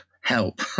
help